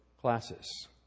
classes